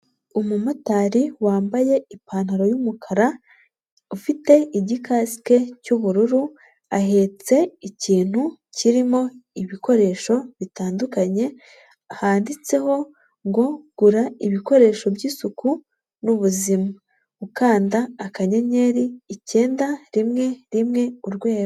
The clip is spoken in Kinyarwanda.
Umumotari wambaye ipantaro y'umukara, ufite igikasike cy'ubururu, ahetse ikintu kirimo ibikoresho bitandukanye, handitseho ngo gura ibikoresho by'isuku n'ubuzima, ukanda akanyenyeri icyenda, rimwe, rimwe, urwego.